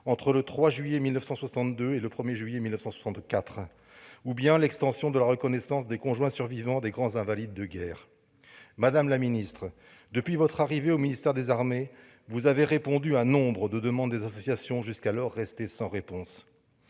entre le 3 juillet 1962 et le 1 juillet 1964, ou bien encore à l'extension de la reconnaissance des conjoints survivants des grands invalides de guerre. Madame la ministre, depuis votre arrivée au ministère des armées, vous avez répondu à nombre de demandes des associations jusqu'alors restées sans réponse.